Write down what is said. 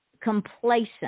complacent